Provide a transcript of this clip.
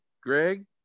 Greg